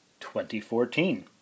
2014